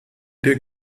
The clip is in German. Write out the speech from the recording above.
der